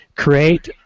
Create